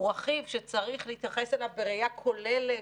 הוא רכיב שצריך להתייחס אליו בראייה כוללת